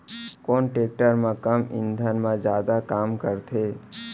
कोन टेकटर कम ईंधन मा जादा काम करथे?